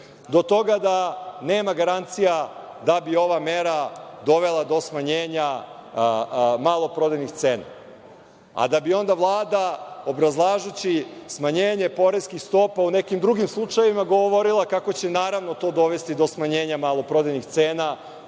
do toga da nema garancija da bi ova mera dovela do smanjenja maloprodajnih cena, a da bi onda Vlada, obrazlažući smanjenje poreskih stopa u nekim drugim slučajevima, govorila kako će, naravno, to dovesti do smanjenja maloprodajnih cena